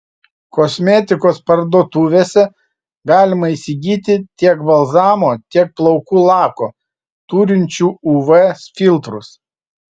kosmetikos parduotuvėse galima įsigyti tiek balzamo tiek plaukų lako turinčių uv filtrus